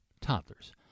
toddlers